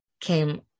came